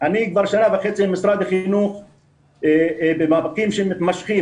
אני כבר שנה וחצי עם משרד החינוך במאבקים שמתמשכים.